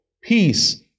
peace